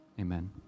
Amen